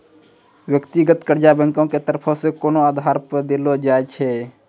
व्यक्तिगत कर्जा बैंको के तरफो से कोनो आधारो पे देलो जाय छै